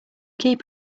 keep